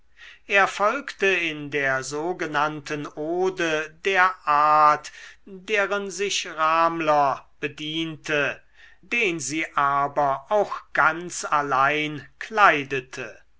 er folgte in der sogenannten ode der art deren sich ramler bediente den sie aber auch ganz allein kleidete